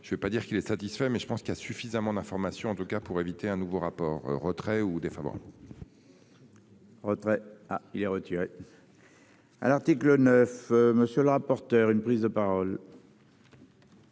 Je ne veux pas dire qu'il est satisfait, mais je pense qu'il y a suffisamment d'informations en tout cas pour éviter un nouveau rapport retrait ou des favoris. Retrait. Ah il est retiré. Ça. À l'article 9. Monsieur le rapporteur. Une prise de parole.